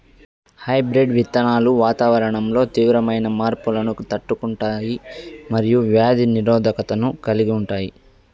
hybrid విత్తనాలు వాతావరణంలో తీవ్రమైన మార్పులను తట్టుకుంటాయి మరియు వ్యాధి నిరోధకతను కలిగి ఉంటాయి